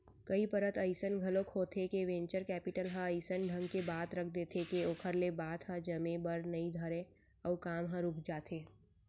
कई परत अइसन घलोक होथे के वेंचर कैपिटल ह अइसन ढंग के बात रख देथे के ओखर ले बात ह जमे बर नइ धरय अउ काम ह रुक जाथे